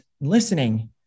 listening